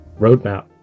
roadmap